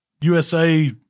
USA